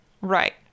Right